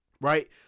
right